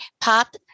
pop